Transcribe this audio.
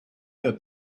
her